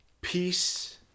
peace